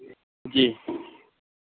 जी